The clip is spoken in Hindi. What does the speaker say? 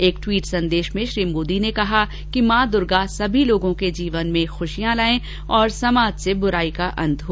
एक ट्वीट संदेश में श्री मोदी ने कहा कि मॉ दुर्गा सभी लोगों के जीवन में खुशियां लाये और समाज से बुराई का अंत हो